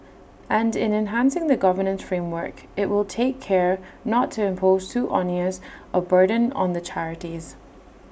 and in enhancing the governance framework IT will take care not to impose too onerous A burden on the charities